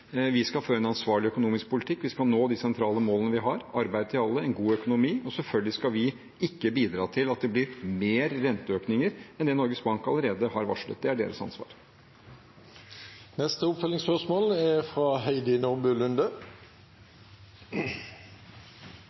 Vi skal føre en ansvarlig økonomisk politikk. Vi skal nå de sentrale målene vi har – arbeid til alle og en god økonomi. Selvfølgelig skal ikke vi bidra til at det blir mer renteøkning enn det Norges Bank allerede har varslet. Det er deres ansvar. Heidi Nordby Lunde – til oppfølgingsspørsmål.